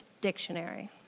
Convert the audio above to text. Dictionary